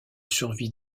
survit